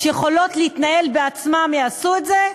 שיכולות להתנהל בעצמן יעשו את זה,